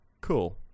Cool